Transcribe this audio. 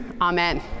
Amen